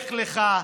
לך לך,